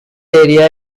area